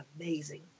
amazing